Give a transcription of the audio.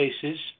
cases